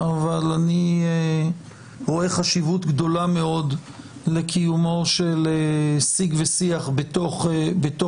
אבל אני רואה חשיבות גדולה מאוד לקיומו של שיג ושיח בוועדה.